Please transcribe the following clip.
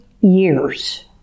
years